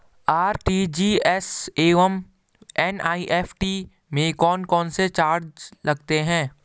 RTGS एवं NEFT में कौन कौनसे चार्ज लगते हैं?